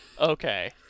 okay